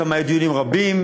ושם היו דיונים רבים,